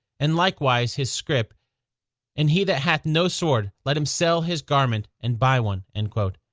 and likewise his scrip and he that hath no sword, let him sell his garment, and buy one. and